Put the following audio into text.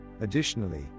Additionally